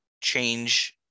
change